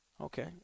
okay